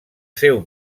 seu